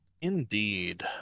Indeed